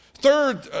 Third